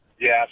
Yes